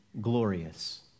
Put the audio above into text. glorious